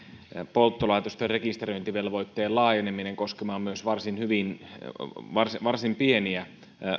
polttolaitosten rekisteröintivelvoitteen laajeneminen koskemaan myös varsin varsin pieniä